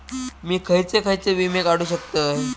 मी खयचे खयचे विमे काढू शकतय?